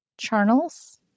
charnels